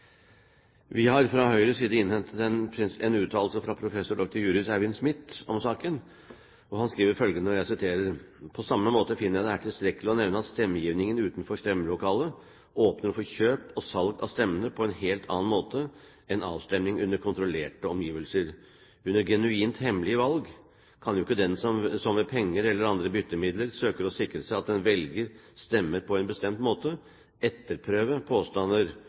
Vi har fra Høyres side innhentet en uttalelse fra professor dr. juris Eivind Smith om saken. Han skriver følgende om saken: «På samme måte finner jeg det her tilstrekkelig å nevne at stemmegivning utenfor stemmelokale åpner for kjøp og salg av stemmer på en helt annen måte enn avstemning under kontrollerte omgivelser. Under genuint hemmelige valg kan jo ikke den som ved penger eller andre byttemidler søker å sikre seg at en velger stemmer på en bestemt måte, etterprøve påstander